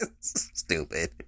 Stupid